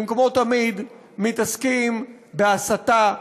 הם כמו תמיד מתעסקים בהסתה.